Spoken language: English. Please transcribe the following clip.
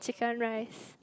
different rice